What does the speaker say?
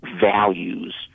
values